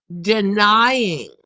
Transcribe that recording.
denying